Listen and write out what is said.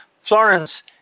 Florence